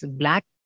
black